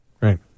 Right